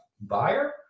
buyer